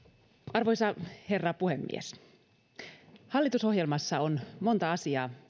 arvoisa herra puhemies hallitusohjelmassa on monta asiaa